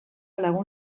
lagun